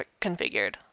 configured